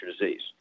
disease